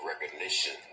recognition